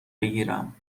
بگیرم